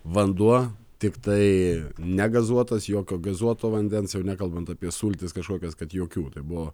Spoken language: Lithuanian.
vanduo tiktai negazuotas jokio gazuoto vandens jau nekalbant apie sultis kažkokias kad jokių tai buvo